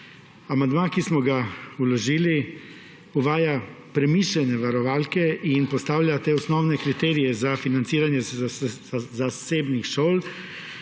Amandma, ki smo ga vložili, uvaja premišljene varovalke in postavlja osnovne kriterije za financiranje zasebnih šol,